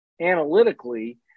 analytically